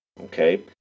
Okay